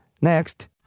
Next